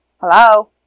Hello